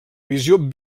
visió